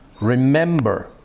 remember